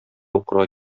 укырга